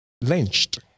Lynched